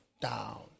down